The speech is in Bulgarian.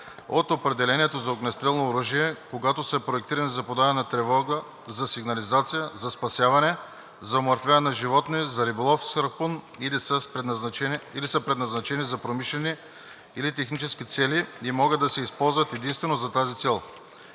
от определението за огнестрелно оръжие, когато са проектирани за подаване на тревога, за сигнализация, за спасяване, за умъртвяване на животни, за риболов с харпун или са предназначени за промишлени или технически цели и могат да се използват единствено за тази цел.